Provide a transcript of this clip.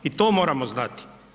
I to moramo znati.